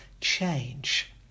change